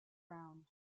round